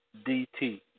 DT